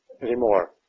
anymore